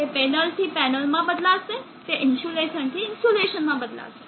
તે પેનલથી પેનલમાં બદલાશે તે ઇન્સ્યુલેશનથી ઇન્સ્યુલેશનમાં બદલાશે